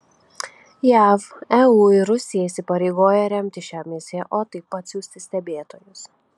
jav eu ir rusija įsipareigoja remti šią misiją o taip pat siųsti stebėtojus